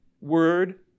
word